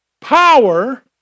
power